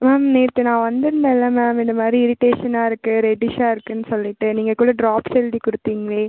ma'am நேற்று நான் வந்துருந்தேன்லே மேம் இந்தமாதிரி இரிட்டேஷனாக இருக்குது ரெட்டிஷாக இருக்குதுனு சொல்லிட்டு நீங்கள் கூட ட்ராப்ஸ் எழுதி கொடுத்தீங்களே